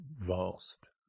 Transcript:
vast